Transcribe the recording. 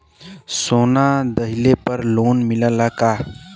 सोना दहिले पर लोन मिलल का?